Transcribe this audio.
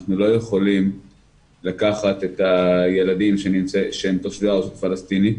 אנחנו לא יכולים לקחת את הילדים שהם תושבי הרשות הפלסטינית,